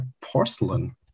porcelain